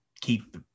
keep